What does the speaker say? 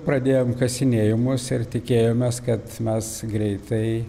pradėjom kasinėjimus ir tikėjomės kad mes greitai